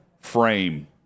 frame